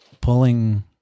pulling